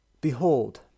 Behold